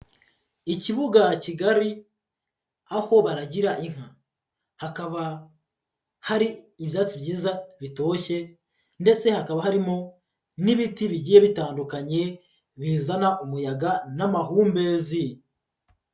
Ikibuga kigari, aho baragira inka, hakaba hari ibyatsi byiza bitoshye ndetse hakaba harimo n'ibiti bigiye bitandukanye, bizana umuyaga n'amahumbezi.